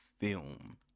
film